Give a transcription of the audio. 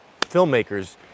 filmmakers